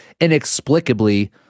inexplicably